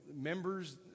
members